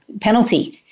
penalty